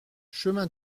chemin